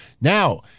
Now